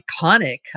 iconic